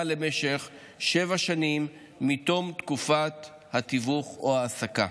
למשך שבע שנים מתום תקופת התיווך או ההעסקה.